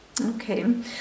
Okay